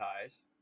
ties